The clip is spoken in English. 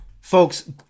Folks